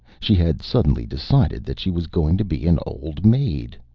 she had suddenly decided that she was going to be an old maid,